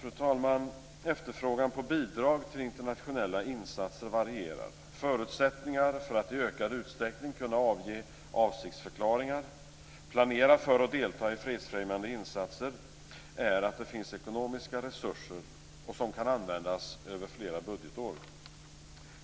Fru talman! Efterfrågan på bidrag till internationella insatser varierar. Förutsättningar för att i ökad utsträckning kunna ge avsiktsförklaringar, planera för och delta i fredsfrämjande insatser är att det finns ekonomiska resurser som kan användas över flera budgetår.